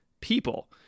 People